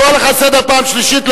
אני קורא לסדר פעם שלישית.